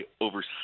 over